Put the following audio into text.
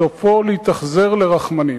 סופו להתאכזר לרחמנים.